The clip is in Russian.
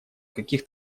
каких